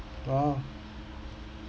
oh